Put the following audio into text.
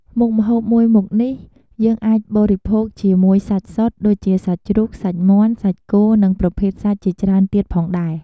មុខម្ហូបមួយមុខនេះ យើងអាចបរិភោគជាមួយសាច់សុទ្ធ ដូចជាសាច់ជ្រូក សាច់មាន់ សាច់គោនិងប្រភេទសាច់ជាច្រើនទៀតផងដែរ។